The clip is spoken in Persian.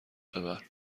ببر